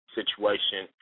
situation